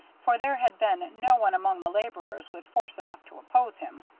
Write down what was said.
for there had been no one among the laborers with force enough to oppose him.